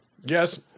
Yes